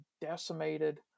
decimated